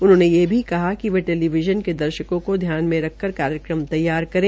उन्होंने ये भी कहा कि वे टेलीविज़न के दर्शकों को ध्यान में रखकर कार्यक्रम तैयार करें